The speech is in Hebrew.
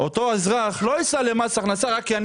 אותו אזרח לא ייסע למס הכנסה רק כי אני